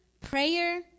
prayer